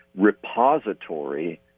repository